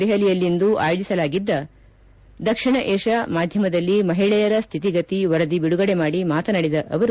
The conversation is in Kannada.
ದೆಹಲಿಯಲ್ಲಿಂದು ಆಯೋಜಿಸಲಾಗಿದ್ದ ದಕ್ಷಿಣ ಏಷ್ಯಾ ಮಾಧ್ಯಮದಲ್ಲಿ ಮಹಿಳೆಯರ ಸ್ವಿತಿಗತಿ ವರದಿ ಬಿಡುಗಡೆ ಮಾಡಿ ಮಾತನಾಡಿದ ಅವರು